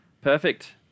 Perfect